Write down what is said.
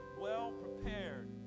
well-prepared